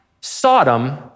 Sodom